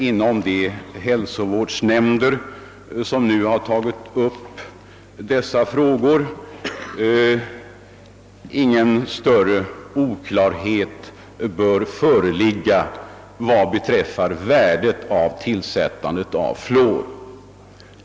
Inom de hälsovårdsnämnder, som tagit upp saken, bör nu ingen större oklarhet råda vad beträffar värdet av tillsättandet av fluor.